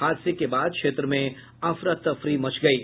हादसे के बाद क्षेत्र में अफरा तफरी मच गयी